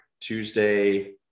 tuesday